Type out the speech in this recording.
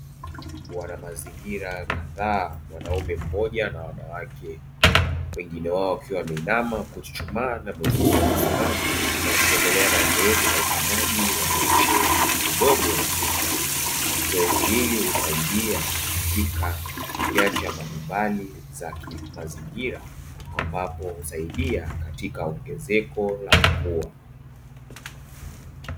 Wana mazingira kadhaa mwanaume mmoja na wanawake, wengine wao wakiwa wameinama na kuchuchumaa na mwingine amesimama; wakiendelea na zoezi na upandaji wa miche midogo ya miti. Zoezi hili husaidia katika nyanja mbalimbali za kimazingira ambapo husaidia katika ongezeko la mvua.